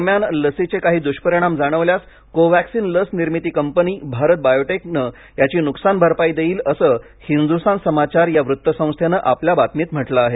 दरम्यान लसीचे काही दुष्परिणाम जाणवल्यास कोव्हॅक्सिन लस निर्मिती कंपनी भारत बायोटेकने याची नुकसान भरपाई देईल असं हिंदुस्थान समाचार या वृत्तसंस्थेन आपल्या बातमीत म्हटलं आहे